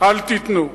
אל תיתנו.